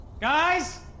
Guys